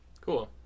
Cool